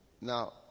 Now